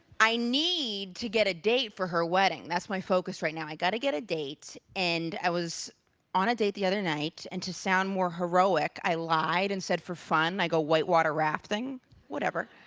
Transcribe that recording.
i need to get a date for her wedding. that's my focus right now. i gotta get a date. and i was on a date the other night, and to sound more heroic, i lied and said for fun i go whitewater rafting whatever.